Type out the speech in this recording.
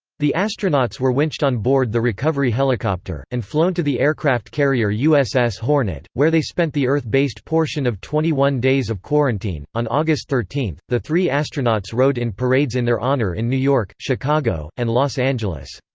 the astronauts were winched on board the recovery helicopter, and flown to the aircraft carrier uss hornet, where they spent the earth-based portion of twenty one days of quarantine on august thirteen, the three astronauts rode in parades in their honor in new york, chicago, and los angeles.